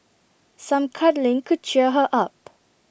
some cuddling could cheer her up